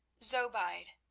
zobeide,